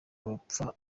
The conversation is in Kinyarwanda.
bapfa